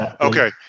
Okay